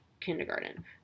kindergarten